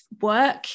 work